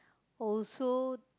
also